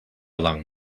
long